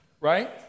Right